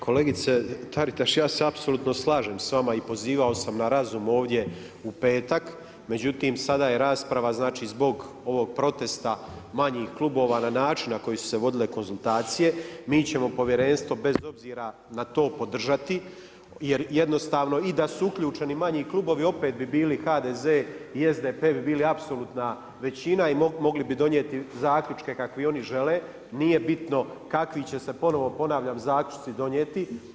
Kolegice Taritaš, ja se apsolutno s vama i pozivao sam na razum ovdje u petak, međutim, sada je rasprava, znači, zbog ovoga protesta, manjih klubova na način na koji su se vodile konzultacije, mi ćemo povjerenstvo, bez obzira na to podržati, jer jednostavno i da su uključeni manji klubovima, opet bi bili HDZ i SDP bi bila apsolutna većina i mogli bi donijeti zaključke kakvi oni žele, nije bitno kakvi će se ponovno, ponavljam, zaključci donijeti.